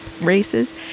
races